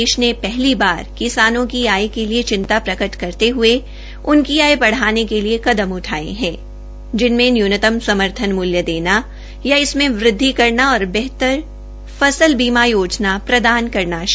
देश ने शहली बार किसानों की आय के लिए चिंता प्रकट करते हये उनकी आय बढ़ाने के लिए कदम उठाये है जिनमें न्यूतनम समर्थन मूल्य देना या इसमें वृदधि करना और बेहतर फसल बीमा योजना प्रदान करना शामिल है